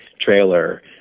trailer